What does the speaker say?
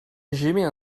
j’émets